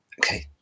Okay